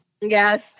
Yes